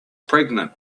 pregnant